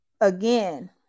again